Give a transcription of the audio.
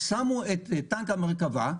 שמו את טנק המרכבה,